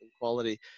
quality